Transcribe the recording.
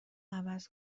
عوض